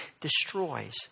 destroys